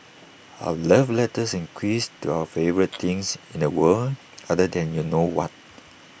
our love letters and quiz to our favourite thing in the world other than you know what